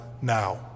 now